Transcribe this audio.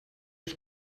ich